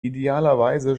idealerweise